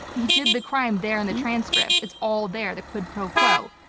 he did the crime there in the transcript. it's all there, the quid pro quo.